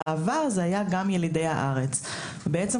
בעבר זה היה גם לילדי הארץ שהם ילדים ליהודים יוצאי אתיופיה.